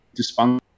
dysfunction